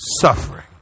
suffering